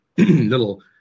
Little